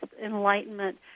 enlightenment